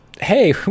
Hey